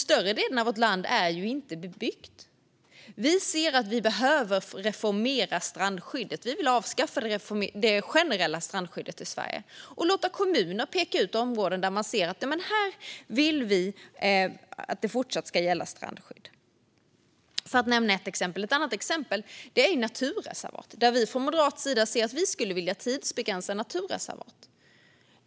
Större delen av vårt land är inte bebyggd. Vi ser att vi behöver reformera strandskyddet. Vi vill avskaffa det generella strandskyddet i Sverige och låta kommuner peka ut områden där man vill att strandskydd fortsatt ska gälla. Ett annat exempel är naturreservat. Från moderat sida skulle vi vilja tidsbegränsa naturreservat.